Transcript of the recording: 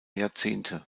jahrzehnte